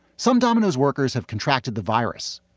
some domino's workers have contracted the virus.